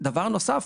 דבר נוסף,